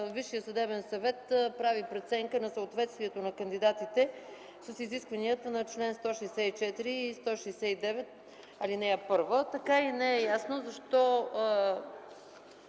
Висшият съдебен съвет прави преценка на съответствието на кандидатите с изискванията на чл. 164 и 169, ал. 1. Така и не е ясно защо,